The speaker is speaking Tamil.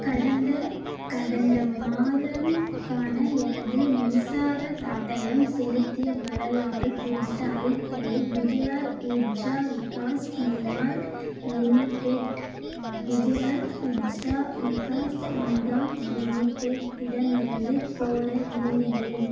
கடந்த கடந்த மாதம்க்கான எனது மின்சாரக் கட்டணம் செலுத்திய வரலாறு குறித்த அறிக்கையை குஜராத் உர்ஜா விகாஸ் நிமால் லிமிடெட் குஜராத் உர்ஜ்ரா விகாஸ் நிகாம் லிமிடெட்யிடமிருந்து கோர விரும்புகிறேன்